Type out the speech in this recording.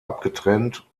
abgetrennt